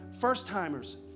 first-timers